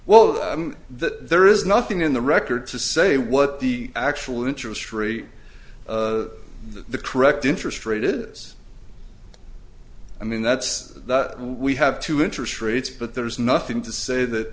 that there is nothing in the record to say what the actual interest free the correct interest rate is i mean that's the we have two interest rates but there's nothing to say that